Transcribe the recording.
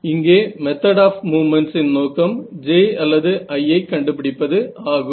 இங்கே method of movements இன் நோக்கம் J அல்லது I ஐ கண்டுபிடிப்பது ஆகும்